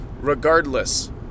regardless